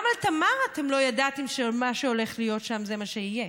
גם על תמר אתם לא ידעתם שמה שהולך להיות שם זה מה שיהיה.